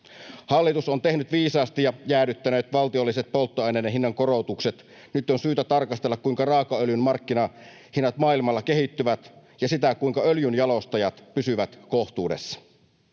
Hallitus on tehnyt viisaasti ja jäädyttänyt valtiolliset polttoaineiden hinnankorotukset. Nyt on syytä tarkastella, kuinka raakaöljyn markkinahinnat maailmalla kehittyvät, ja sitä, kuinka öljynjalostajat pysyvät kohtuudessa.